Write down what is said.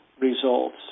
results